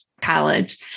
college